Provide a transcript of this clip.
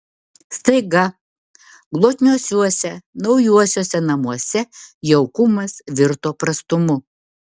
staiga glotniuosiuose naujuosiuose namuose jaukumas virto prastumu